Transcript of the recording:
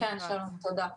כן, שלום, תודה.